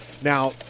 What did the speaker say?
Now